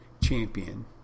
champion